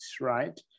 right